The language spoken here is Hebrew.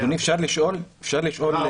אדוני, אפשר לשאול שאלה?